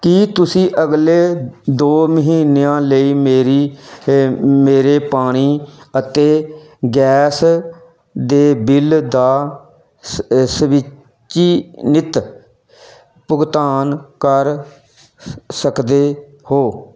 ਕੀ ਤੁਸੀਂਂ ਅਗਲੇ ਦੋ ਮਹੀਨਿਆਂ ਲਈ ਮੇਰੀ ਮੇਰੇ ਪਾਣੀ ਅਤੇ ਗੈਸ ਦੇ ਬਿੱਲ ਦਾ ਸ ਸਵਿਚੀਨਿਤ ਸੁਨਿਸ਼ਚਿਤ ਭੁਗਤਾਨ ਕਰ ਸਕਦੇ ਹੋ